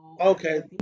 Okay